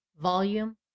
Volume